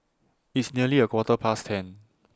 its nearly A Quarter Past ten